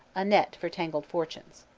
a net for tangled fortunes.